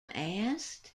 asked